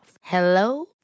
Hello